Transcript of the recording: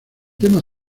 tema